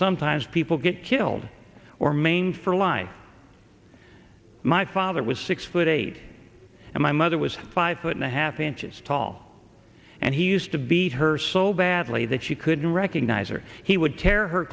sometimes people get killed or maimed for life my father was six foot eight and my mother was five foot and a half inches tall and he used to beat her so badly that she couldn't recognize or he would tear her